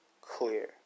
clear